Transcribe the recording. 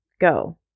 Go